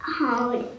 hold